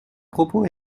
propos